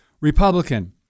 Republican